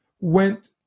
went